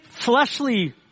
fleshly